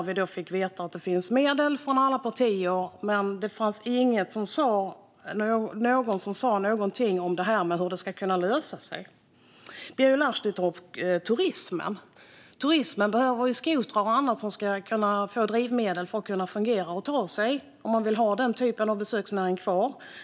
Vi fick veta att alla partier har avsatt medel, men ingen sa något om hur frågan ska lösas. Birger Lahti tog upp turismen. Turismen behöver skotrar, och där behövs drivmedel om man vill ha den typen av besöksnäring kvar.